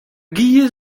giez